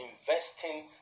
investing